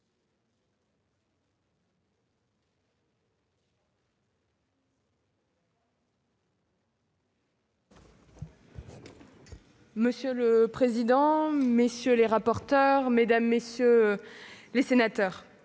Monsieur le président, messieurs les rapporteurs, mesdames, messieurs les sénateurs,